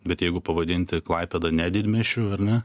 bet jeigu pavadinti klaipėdą ne didmiesčiu ar ne